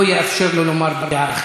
לא יתאפשר לו לומר דעה אחרת.